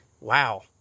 Wow